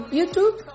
YouTube